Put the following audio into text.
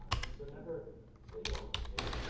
and so never but, you know, it takes,